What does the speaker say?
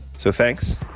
so thanks